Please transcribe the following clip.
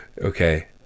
Okay